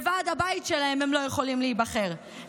לוועד הבית שלהם הם לא יכולים להיבחר,